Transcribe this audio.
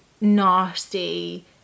nasty